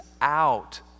out